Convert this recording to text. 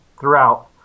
throughout